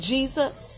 Jesus